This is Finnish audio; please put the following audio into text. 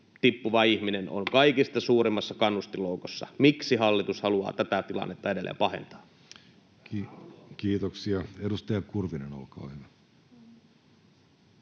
koputtaa — Ben Zyskowicz: Tämä on totta!] Miksi hallitus haluaa tätä tilannetta edelleen pahentaa? Kiitoksia. — Edustaja Kurvinen, olkaa hyvä.